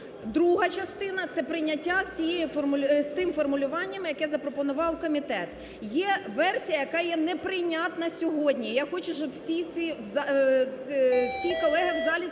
друга частина – це прийняття з тим формулюванням, яке запропонував комітет. Є версія, яка є неприйнятна сьогодні. Я хочу, щоб всі ці… всі колеги в залі